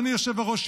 אדוני יושב-הראש,